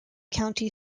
county